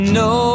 no